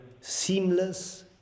seamless